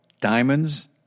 diamonds